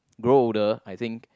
grow older I think